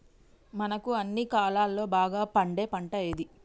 మనకు అన్ని కాలాల్లో బాగా పండే పంట ఏది?